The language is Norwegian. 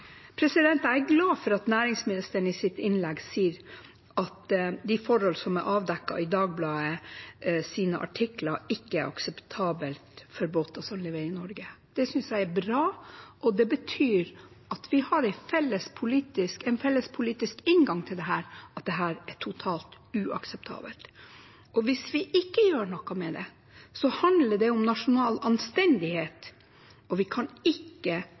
Jeg er glad for at næringsministeren i sitt innlegg sier at de forhold som er avdekket i Dagbladets artikler, ikke er akseptable for båter som leverer i Norge. Det synes jeg er bra. Det betyr at vi har en felles politisk inngang til dette: at dette er totalt uakseptabelt. Hvis vi ikke gjør noe med det, handler det om nasjonal anstendighet, og vi kan ikke